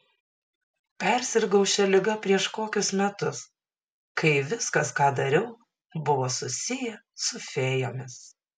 persirgau šia liga prieš kokius metus kai viskas ką dariau buvo susiję su fėjomis